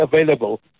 available